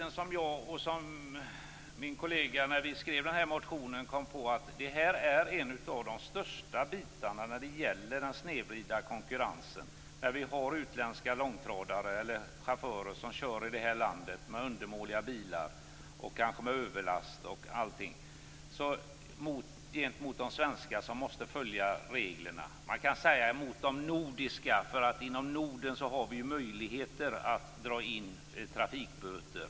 När jag och min kollega skrev motionen kom vi fram till att det här är en av de största bitarna när det gäller den snedvridna konkurrensen. Utländska chaufförer kör alltså i det här landet med undermåliga bilar, kanske med överlast osv.; att jämföra med de svenska, eller nordiska, chaufförerna som måste följa reglerna. Inom Norden har vi ju möjligheter driva in trafikböter.